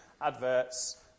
adverts